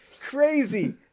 crazy